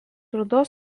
rudos